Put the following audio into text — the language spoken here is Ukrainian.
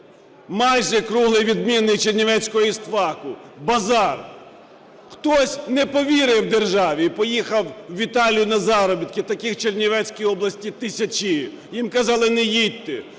майже круглий відмінник чернівецького істфаку – базар. Хтось не повірив державі і поїхав в Італію на заробітки, таких в Чернівецькій області тисячі. Їм казали не їдьте,